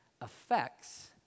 affects